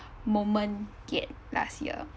moment yet last year